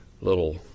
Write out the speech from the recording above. little